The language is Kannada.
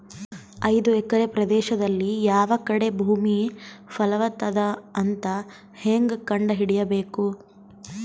ಐದು ಎಕರೆ ಪ್ರದೇಶದಲ್ಲಿ ಯಾವ ಕಡೆ ಭೂಮಿ ಫಲವತ ಅದ ಅಂತ ಹೇಂಗ ಕಂಡ ಹಿಡಿಯಬೇಕು?